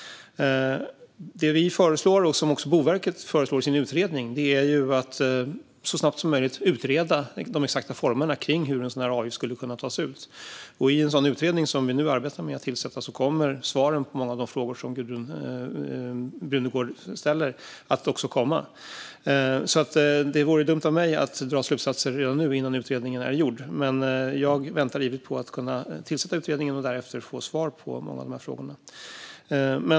Det vi föreslår, och som också Boverket föreslår i sin utredning, är att de exakta formerna för hur en sådan avgift skulle kunna tas ut utreds så snabbt som möjligt. I den utredning som vi nu arbetar med att tillsätta kommer vi att få svar på många av de frågor Gudrun Brunegård ställer. Det vore dumt av mig att dra slutsatser innan utredningen är gjord, men jag väntar ivrigt på att tillsätta utredningen och därefter få svar på frågorna.